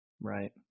right